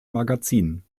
magazin